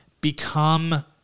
become